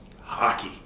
hockey